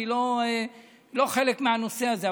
אני לא חלק מהנושא הזה,